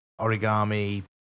origami